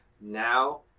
now